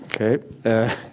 Okay